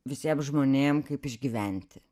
visiem žmonėm kaip išgyventi